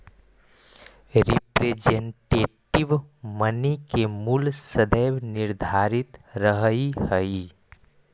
representative money के मूल्य सदैव निर्धारित रहऽ हई